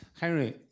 Henry